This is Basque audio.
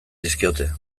dizkiote